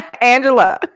Angela